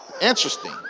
interesting